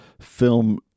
film